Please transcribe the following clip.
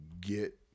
get